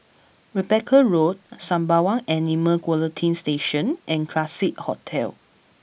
Rebecca Road Sembawang Animal Quarantine Station and Classique Hotel